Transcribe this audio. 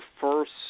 first